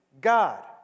God